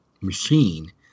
machine